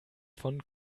von